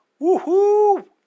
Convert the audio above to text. Woohoo